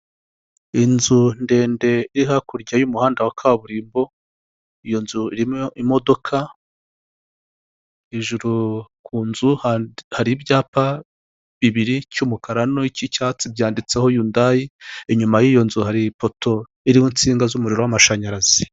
Inzu ndende iri hakurya y'umuhanda wa kaburimbo, iyo nzu irimo imodoka, hejuru ku nzu hari ibyapa bibiri icy'umukara n'icy'icyatsi byanditseho yundayi, inyuma y'iyo nzu hari ipoto iriho insinga z'umuriro w'amashanyarazi.